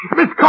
Miss